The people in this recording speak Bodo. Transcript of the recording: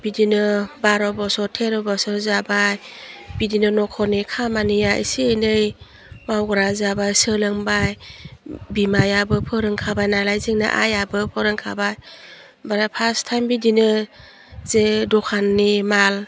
बिदिनो बार' बोसोर थेर' बोसोर जाबा बिदिनो नखरनि खामानिया एसे एनै मावग्रा जाबाय सोलोंबाय बिमायाबो फोरोंखाबाय नालाय जोंना आइआबो फोरोंखाबाय फार्स टाइम बिदिनो जे द'खाननि माल